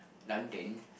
London